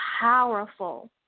powerful